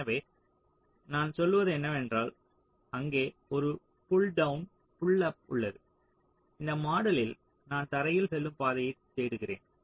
எனவே நான் சொல்வது என்னவென்றால் அங்கே ஒரு புல் டவுன் புல் அப் உள்ளது இந்த மாடலில் நான் தரையில் செல்லும் பாதையைத் தேடுகிறேன்